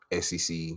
SEC